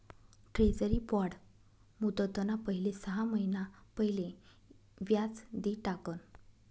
treasury bond मुदतना पहिले सहा महिना पहिले व्याज दि टाकण